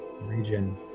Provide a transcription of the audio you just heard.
region